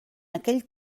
aquell